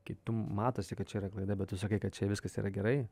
kai tu matosi kad čia yra klaida bet tu sakai kad čia viskas yra gerai